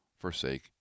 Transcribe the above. forsake